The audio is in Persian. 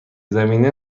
زمینه